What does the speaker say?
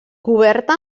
coberta